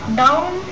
down